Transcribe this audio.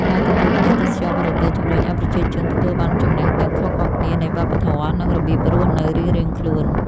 ការទទួលភ្ញៀវទេសចរបរទេសជំរុញឲ្យប្រជាជនទទួលបានចំណរះដឹងខុសៗគ្នានៃវប្បធម៌ និងរបៀបរស់នៅរៀងៗខ្លួន។